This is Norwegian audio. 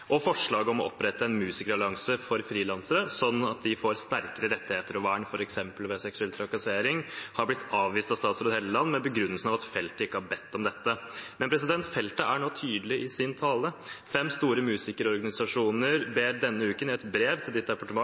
Og forslaget om å opprette en musikerallianse for frilansere sånn at de får sterkere rettigheter og vern f.eks. ved seksuell trakassering, har blitt avvist av statsråd Hofstad Helleland med begrunnelsen at feltet ikke har bedt om dette. Men feltet er nå tydelig i sin tale. Fem store musikerorganisasjoner ber denne uken i et brev til statsråden og statsrådens departement